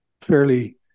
fairly